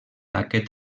aquest